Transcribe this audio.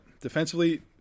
Defensively